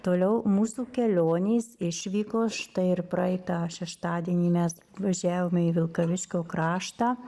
toliau mūsų kelionės išvykos štai ir praeitą šeštadienį mes važiavome į vilkaviškio kraštą